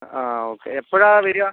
ആ ഓക്കെ എപ്പോഴാണ് വരുക